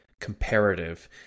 comparative